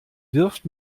wirft